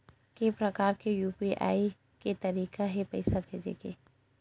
के प्रकार के यू.पी.आई के तरीका हे पईसा भेजे के?